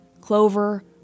clover